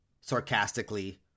sarcastically